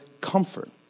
comfort